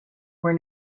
were